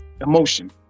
emotion